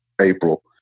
april